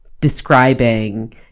describing